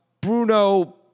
Bruno